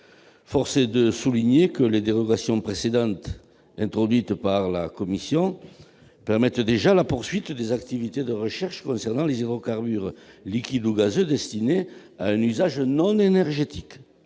Force est de souligner que les dérogations précédentes introduites par la commission permettent déjà la poursuite des activités de recherche concernant « les hydrocarbures liquides ou gazeux destinés à un usage non énergétique